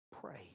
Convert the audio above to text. pray